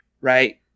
Right